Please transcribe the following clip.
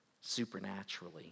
supernaturally